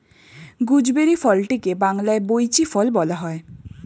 gooseberry ফলটিকে বাংলায় বৈঁচি ফল বলা হয়